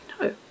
No